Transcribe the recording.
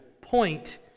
point